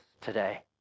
today